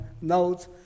notes